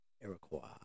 Iroquois